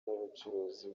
n’ubucuruzi